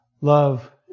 Love